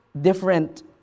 different